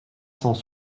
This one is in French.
sans